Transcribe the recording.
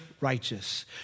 righteous